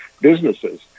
businesses